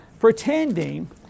pretending